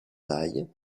taille